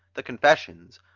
the confessions,